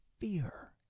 fear